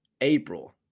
April